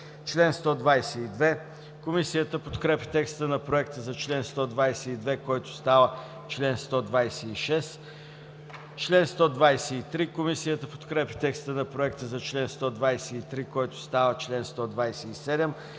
Комисията подкрепя текста на Проекта за чл. 155, който става чл. 161. Комисията подкрепя текста на Проекта за чл. 156, който става чл. 162.